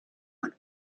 what